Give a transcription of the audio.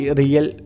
real